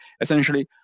essentially